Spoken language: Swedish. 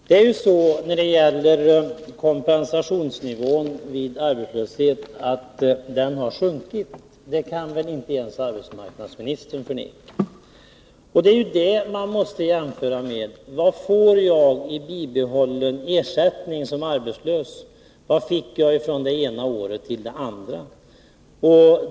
Herr talman! Kompensationsnivån vid arbetslöshet har sjunkit — det kan väl inte ens arbetsmarknadsministern förneka. Jämförelsen måste gälla vad jag får i bibehållen ersättning som arbetslös från det ena året till det andra.